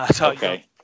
Okay